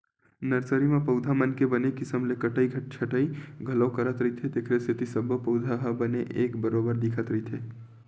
nursery म पउधा मन के बने किसम ले कटई छटई घलो करत रहिथे तेखरे सेती सब्बो पउधा ह बने एके बरोबर दिखत रिहिस हे